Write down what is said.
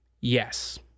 Yes